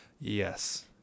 Yes